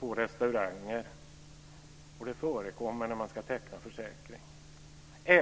på restauranger och det förekommer när man ska teckna försäkring.